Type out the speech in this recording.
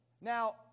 Now